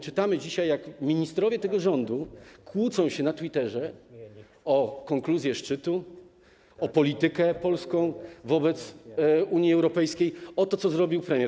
Czytamy dzisiaj, jak ministrowie tego rządu kłócą się na Twitterze o konkluzje szczytu, o polską politykę wobec Unii Europejskiej, o to, co zrobił premier.